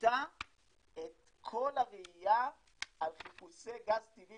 שינתה את כל הראייה על חיפושי גז טבעי